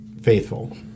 faithful